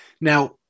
now